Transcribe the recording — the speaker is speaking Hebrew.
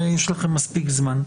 יש לכם מספיק זמן.